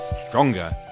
stronger